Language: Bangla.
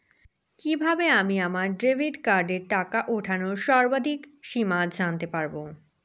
কিভাবে আমি আমার ডেবিট কার্ডের টাকা ওঠানোর সর্বাধিক সীমা জানতে পারব?